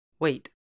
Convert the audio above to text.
Wait